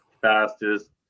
fastest